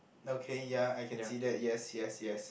okay ya I can see that yes yes yes